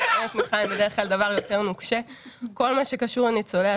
כל מה שקשור לניצולי השואה,